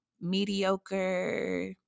mediocre